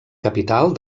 capital